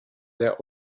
der